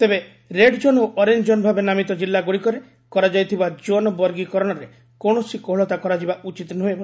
ତେବେ red zone ଓ orange zone ଭାବେ ନାମିତ କିଲ୍ଲାଗୁଡ଼ିକରେ କରାଯାଇଥିବା ଜୋନ୍ ବର୍ଗିକରଣରେ କୌଣସି କୋହଳତା କରାଯିବା ଉଚିତ୍ ନୁହେଁ